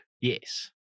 Yes